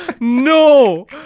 no